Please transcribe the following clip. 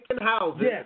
houses